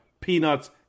peanuts